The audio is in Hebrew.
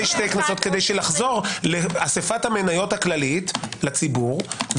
שתי כנסות כדי לחזור לאסיפת המניות הכללית לציבור,